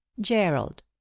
Gerald